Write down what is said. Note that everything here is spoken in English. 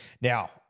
Now